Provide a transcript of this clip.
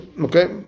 Okay